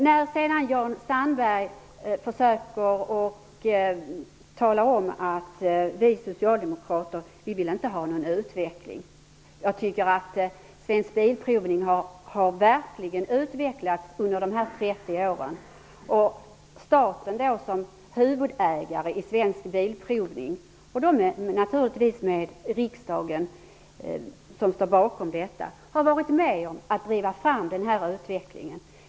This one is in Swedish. Sedan försökte Jan Sandberg tala om att vi socialdemokrater inte vill ha någon utveckling. Jag tycker att Svensk Bilprovning verkligen har utvecklats under dessa 30 år. Staten såsom huvudägare av Svensk Bilprovning -- naturligtvis står också riksdagen bakom -- har varit med om att driva fram denna utveckling.